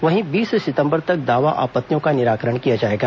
वहीं बीस सितंबर तक दावा आपत्तियों का निराकरण किया जायेगा